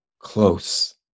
Close